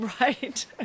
Right